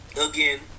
again